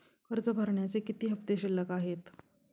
कर्ज भरण्याचे किती हफ्ते शिल्लक आहेत?